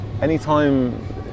anytime